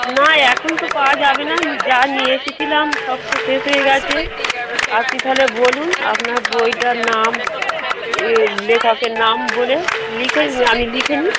না এখন তো পাওয়া যাবে না যা নিয়ে এসেছিলাম সব তো শেষ হয়ে গেছে আপনি তাহলে বলুন আপনার বইটার নাম ইয়ে লেখকের নাম বলে লিখে আমি লিখে নিই